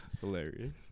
hilarious